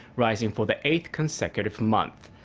rising for the eighth consecutive month.